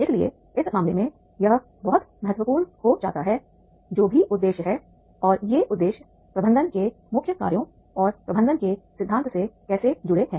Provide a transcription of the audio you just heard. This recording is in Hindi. इसलिए इस मामले में यह बहुत महत्वपूर्ण हो जाता है जो भी उद्देश्य हैं और ये उद्देश्य प्रबंधन के मुख्य कार्यों और प्रबंधन के सिद्धांत से कैसे जुड़े हैं